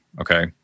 Okay